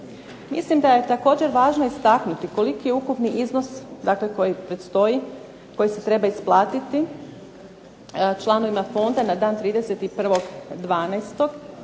Mislim da je također važno istaknuti koliki je ukupni iznos dakle koji predstoji, koji se treba isplatiti članovima fonda na dan 31.12.2009.